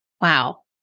Wow